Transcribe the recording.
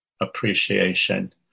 appreciation